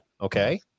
okay